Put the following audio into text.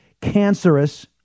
cancerous